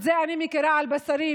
את זה אני מכירה על בשרי,